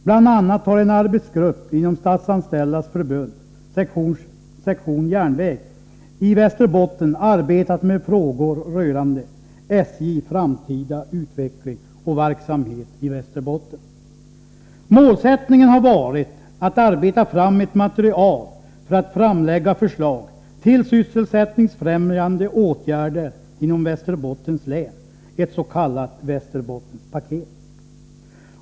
Bl.a. har en arbetsgrupp inom Statsanställdas förbund, sektion järnväg, i Västerbotten arbetat med frågor rörande ”SJ — framtida utveckling och verksamhet i Västerbotten”. Målsättningen har varit att arbeta fram ett material för att framlägga förslag till sysselsättningsfrämjande åtgärder inom Västerbottens län, ett s.k. Västerbottenspaket.